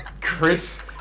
Chris